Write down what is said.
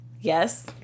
Yes